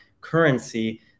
currency